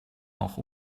auch